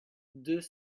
deux